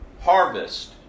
harvest